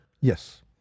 Yes